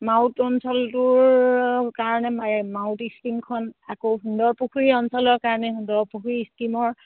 মাউট অঞ্চলটোৰ কাৰণে মাউট স্কিমখন আকৌ সুন্দৰ পুখুৰী অঞ্চলৰ কাৰণে সুন্দৰ পুখুৰী স্কিমৰ